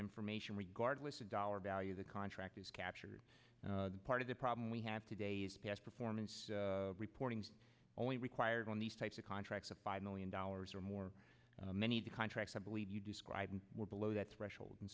information regardless of dollar value the contract is captured and part of the problem we have today is past performance reporting only required on these types of contracts of five million dollars or more many of the contracts i believe you describe were below that